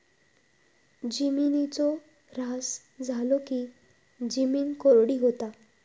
जिमिनीचो ऱ्हास झालो की जिमीन कोरडी होता